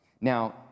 Now